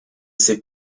ses